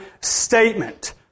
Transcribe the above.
statement